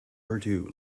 urdu